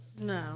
No